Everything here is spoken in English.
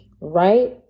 right